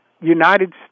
United